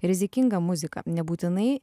rizikinga muzika nebūtinai